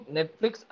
Netflix